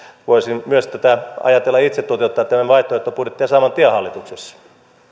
voisin myös ajatella itse toteuttaa tätä vaihtoehtobudjettia saman tien hallituksessa